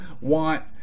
want